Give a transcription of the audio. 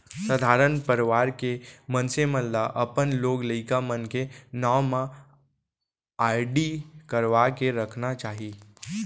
सधारन परवार के मनसे मन ल अपन लोग लइका मन के नांव म आरडी करवा के रखना चाही